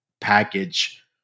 package